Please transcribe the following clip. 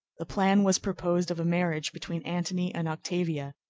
the plan was proposed of a marriage between antony and octavia,